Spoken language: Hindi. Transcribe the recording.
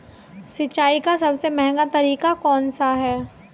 सिंचाई का सबसे महंगा तरीका कौन सा है?